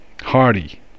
Hardy